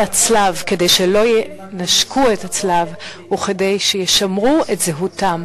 הצלב כדי שהם לא ינשקו את הצלב וכדי שישמרו את זהותם.